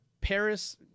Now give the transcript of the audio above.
Paris